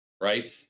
Right